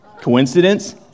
Coincidence